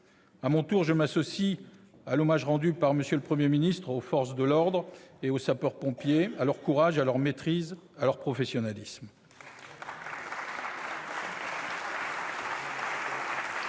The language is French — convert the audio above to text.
À mon tour, je m'associe à l'hommage rendu par M. le Premier ministre aux forces de l'ordre et aux sapeurs-pompiers, à leur courage, à leur maîtrise, à leur professionnalisme.